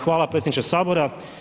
Hvala predsjedniče Sabora.